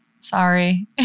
Sorry